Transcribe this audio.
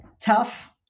Tough